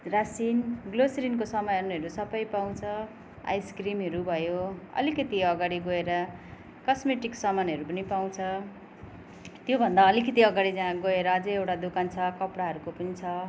रासिन ग्रोसरीको सामानहरू सबै पाउँछ आइसक्रिमहरू भयो अलिकति अगाडि गएर कस्मेटिक सामानहरू पनि पाउँछ त्योभन्दा अलिकति अगाडि गएर अझै एउटा दोकान छ कपडाहरूको पनि छ